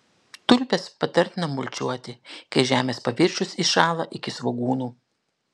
tulpes patartina mulčiuoti kai žemės paviršius įšąla iki svogūnų